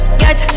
get